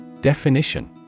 Definition